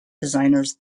designers